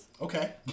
Okay